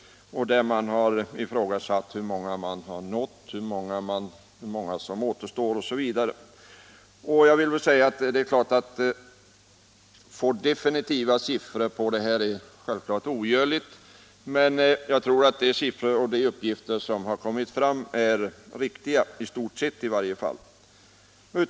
Man har tagit reda på hur många invandrare man nått, hur många som återstår, osv. Att få fram definitiva siffror om detta är självfallet ogörligt, men jag tror att de siffror vi fått fram är i stort sett riktiga.